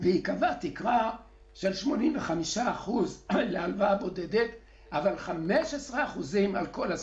והיא קבעה תקרה של 85% להלוואה בודדת אבל 15% על כל הסל.